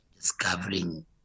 discovering